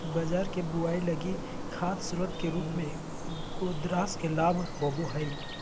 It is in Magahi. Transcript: बाजरा के बुआई लगी खाद स्रोत के रूप में ग्रेदास के लाभ होबो हइ